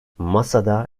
masada